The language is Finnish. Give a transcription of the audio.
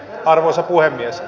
arvoisa puhemies